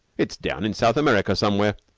it's down in south america somewhere.